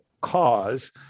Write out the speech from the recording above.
cause